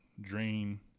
drain